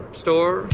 store